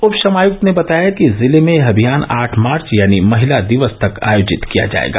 उप श्रम आयुक्त ने बताया कि जिले में यह अभियान आठ मार्च यानी महिला दिवस तक आयोजित किया जाएगा